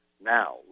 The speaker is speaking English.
now